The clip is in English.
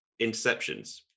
interceptions